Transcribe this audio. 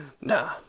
Nah